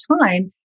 time